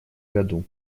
году